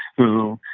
who,